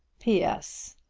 p s.